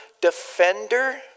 defender